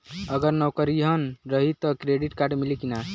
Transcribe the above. अगर नौकरीन रही त क्रेडिट कार्ड मिली कि ना?